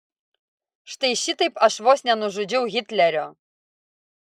štai šitaip aš vos nenužudžiau hitlerio